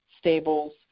stables